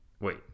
Wait